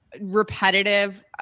repetitive